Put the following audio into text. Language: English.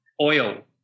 oil